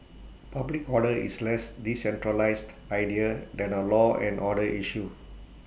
public order is less decentralised idea than A law and order issue